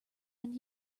end